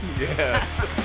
Yes